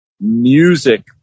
music